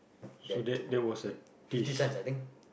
that to fifty cents I think